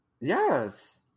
yes